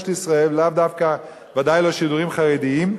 ודאי לא שידורים חרדיים,